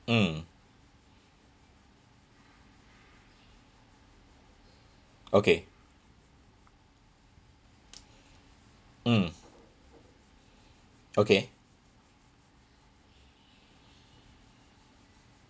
mm okay mm okay